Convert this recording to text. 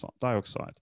dioxide